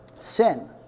sin